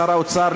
לשר האוצר,